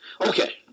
Okay